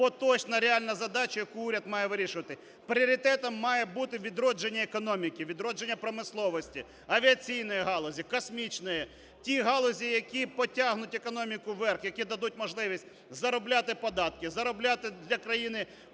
поточна, реальна задача, яку уряд має вирішувати. Пріоритетом має бути відродження економіки, відродження промисловості, авіаційної галузі, космічної – ті галузі, які потягнуть економіку вверх, які дадуть можливість заробляти податки, заробляти для країни